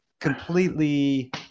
completely